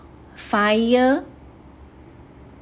FIRE